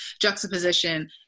Juxtaposition